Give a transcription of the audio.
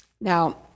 Now